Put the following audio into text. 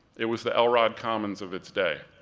it was the elrod commons of its day.